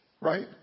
right